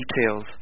details